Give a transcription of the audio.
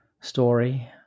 story